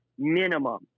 Minimum